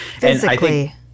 Physically